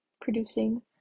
producing